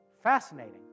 Fascinating